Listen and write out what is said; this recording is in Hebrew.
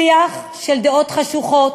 שיח של דעות חשוכות,